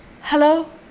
hello